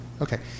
Okay